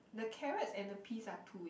the carrots and the peas are two is